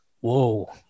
whoa